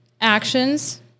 actions